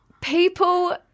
people